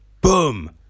boom